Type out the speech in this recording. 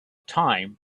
time